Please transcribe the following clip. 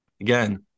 Again